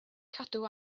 cadw